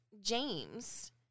James